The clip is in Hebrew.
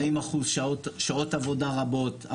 40% שעות עבודה רבות.